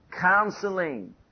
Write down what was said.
Counseling